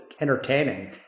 entertaining